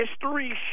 History